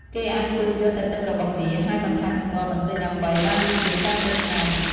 គេអាចពូតយកតែទឹករបស់វា ហើយបន្ថែមស្ករ បន្តិចដើម្បីបានរសជាតិកាន់តែឆ្ងាញ់។